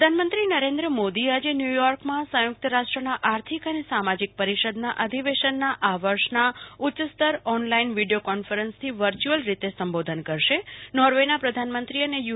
સંબોધન પ્રધાનમંત્રી નરેન્દ્ર મોદી આજે ન્યુ યોક્રમાં સંયુક્ત રાષ્ટ્રના આર્થિક અને સામાજીક પરિષદના અધિવેષનના આ વર્ષના ઉચ્ય સ્તરના ઓનલાઈન વિડીયો કોન્ફરન્સથી વર્ચ્યલ રીતે સંબોધન કરશે નોર્વેના પ્રધાનમંત્રી અને યુ